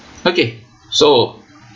okay so